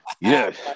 Yes